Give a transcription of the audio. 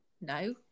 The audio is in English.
No